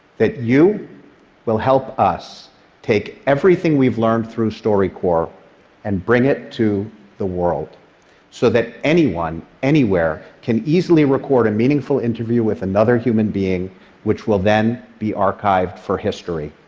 that you will help us take everything we've learned through storycorps and bring it to the world so that anyone anywhere can easily record a meaningful interview with another human being which will then be archived for history.